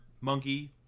monkey